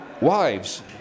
wives